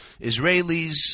Israelis